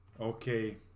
okay